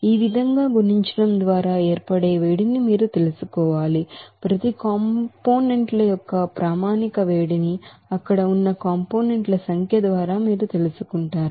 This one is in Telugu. ఈ విధంగా గుణించడం ద్వారా ఏర్పడే వేడిని మీరు తెలుసు ప్రతి కాంపోనెంట్ ల యొక్క ప్రామాణిక వేడిని అక్కడ ఉన్న కాంపోనెంట్ ల సంఖ్య ద్వారా మీరు తెలుసుకుంటారు